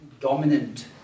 dominant